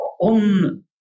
On